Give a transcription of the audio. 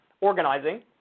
organizing